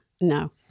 No